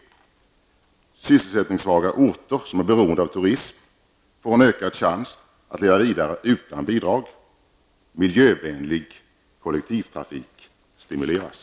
Sysselsättningssvaga orter som är beroende av turism får en ökad chans att leva vidare utan bidrag. Miljövänlig kollektivtrafik stimuleras.